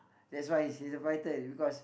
that's why he's in the fighter is because